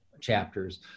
chapters